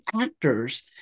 Actors